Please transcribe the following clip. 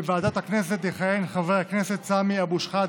בוועדת הכנסת יכהן חבר הכנסת סמי אבו שחאדה,